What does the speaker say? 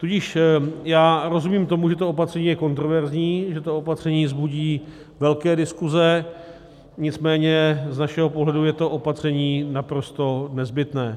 Tudíž já rozumím tomu, že to opatření je kontroverzní, že to opatření vzbudí velké diskuze, nicméně z našeho pohledu je to opatření naprosto nezbytné.